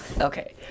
Okay